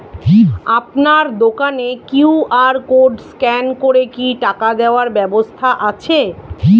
আপনার দোকানে QR code scan করে কি টাকা দেওয়ার ব্যবস্থা আছে?